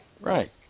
right